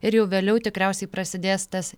ir jau vėliau tikriausiai prasidės tas